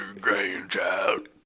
grandchild